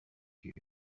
you